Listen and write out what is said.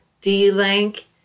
D-Link